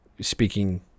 speaking